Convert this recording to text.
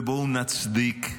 ובוא נצדיק,